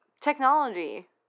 technology